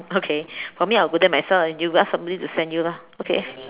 okay for me I will go there myself and you go ask somebody to send you lah okay